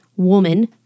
woman